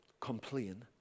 complain